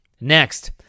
Next